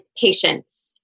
patience